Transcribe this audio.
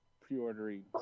pre-ordering